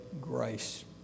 grace